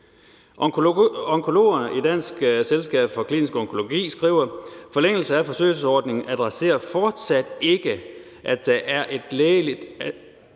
effekt. Dansk Selskab for Klinisk Onkologi skriver: »Forlængelsen af forsøgsordningen adresserer fortsat ikke, at det er et lægeligt